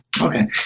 Okay